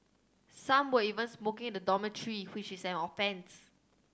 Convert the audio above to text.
some were even smoking in the dormitory which is an offence